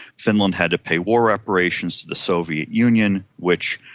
finland had to pay war reparations to the soviet union which,